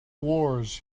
wars